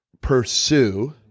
pursue